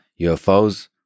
UFOs